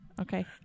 Okay